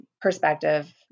perspective